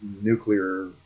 nuclear